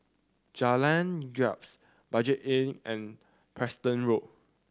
Jalan Gapis Budget Inn and Preston Road